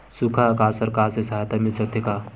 सुखा अकाल सरकार से सहायता मिल सकथे का?